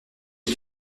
est